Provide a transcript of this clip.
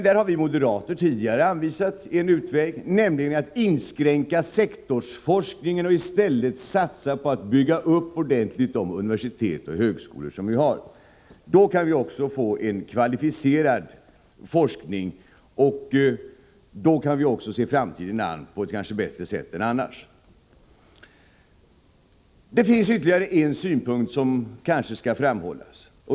Där har vi moderater tidigare anvisat en utväg, nämligen att inskränka sektorsforskningen och i stället satsa ordentligt på att bygga upp de universitet och högskolor vi har. Då kan vi få en kvalificerad forskning, och då kan vi också se framtiden an med större tillförsikt än annars. Ytterligare en synpunkt bör kanske framhållas.